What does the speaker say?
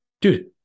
Dude